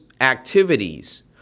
activities